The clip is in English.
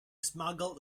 smuggled